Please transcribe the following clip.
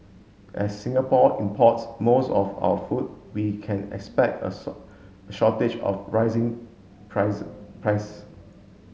as Singapore import's most of our food we can expect a shortage of rising prices